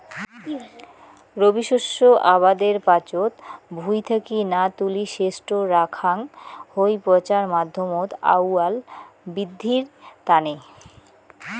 রবি শস্য আবাদের পাচত ভুঁই থাকি না তুলি সেজটো রাখাং হই পচার মাধ্যমত আউয়াল বিদ্ধির তানে